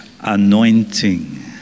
anointing